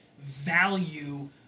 value